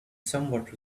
somewhat